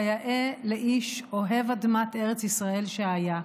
כיאה לאיש אוהב אדמת ארץ ישראל שהיה.